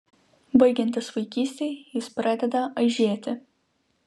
baigiantis vaikystei jis pradeda aižėti